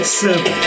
seven